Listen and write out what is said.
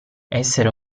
essere